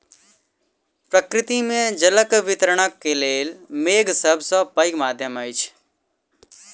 प्रकृति मे जलक वितरणक लेल मेघ सभ सॅ पैघ माध्यम अछि